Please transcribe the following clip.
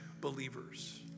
believers